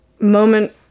moment